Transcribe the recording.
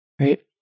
Right